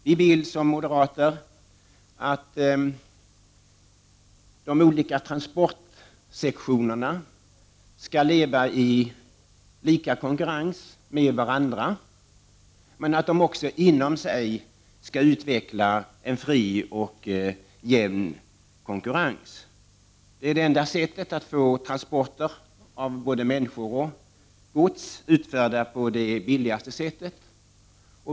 Vi vill som moderater att det råder lika konkurrensvillkor inom de olika transportsektionerna och att dessa inom sig utvecklar fri och jämn konkurrens. Det är det enda sättet att få transporter av både människor och gods utförda på det billigaste sättet.